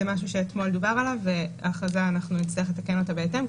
זה משהו שאתמול דובר עליו ונצטרך לתקן את ההכרזה בהתאם.